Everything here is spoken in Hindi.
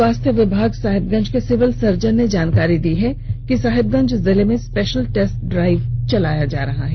स्वास्थ्य विभाग साहिबगंज के सिविल सर्जन ने जानकारी दी है कि साहिबगंज जिले में स्पेशल टेस्ट ड्राइव चलाया जा रहा है